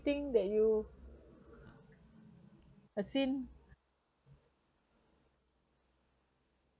thing that you have seen